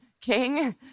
king